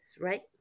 right